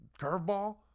curveball